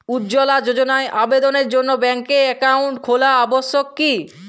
উজ্জ্বলা যোজনার আবেদনের জন্য ব্যাঙ্কে অ্যাকাউন্ট খোলা আবশ্যক কি?